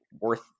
worth